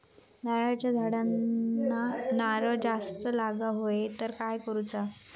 नारळाच्या झाडांना नारळ जास्त लागा व्हाये तर काय करूचा?